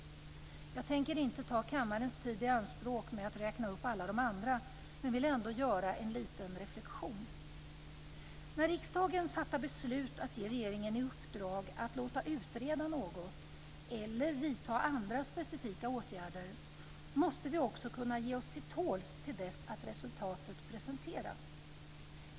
Jag tänker inte ta kammarens tid i anspråk med att räkna upp alla de andra, men jag vill ändå göra en liten reflexion. När riksdagen fattar beslut om att ge regeringen i uppdrag att låta utreda något eller vidta andra specifika åtgärder måste vi också kunna ge oss till tåls till dess att resultatet presenteras.